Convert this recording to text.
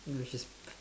no she's